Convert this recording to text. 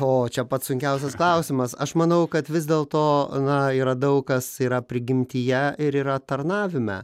o čia pats sunkiausias klausimas aš manau kad vis dėlto na yra daug kas yra prigimtyje ir yra tarnavime